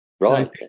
Right